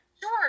Sure